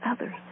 others